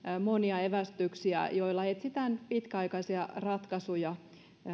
monia evästyksiä joilla etsitään pitkäaikaisia ratkaisuja